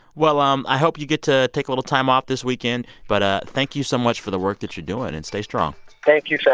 well, um i hope you get to take a little time off this weekend. but ah thank you so much for the work that you're doing. and stay strong thank you,